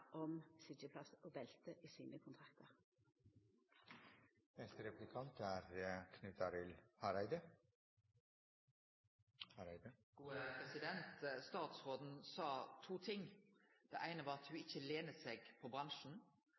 om sitjeplassar og belte. Statsråden sa to ting. Det eine var at ho ikkje lener seg på bransjen,